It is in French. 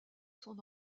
son